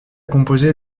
composé